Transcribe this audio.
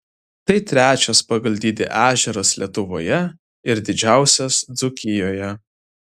tai trečias pagal dydį ežeras lietuvoje ir didžiausias dzūkijoje